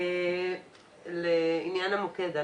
לעניין המוקד.